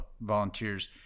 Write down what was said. volunteers